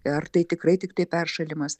ar tai tikrai tiktai peršalimas